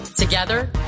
Together